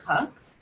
cook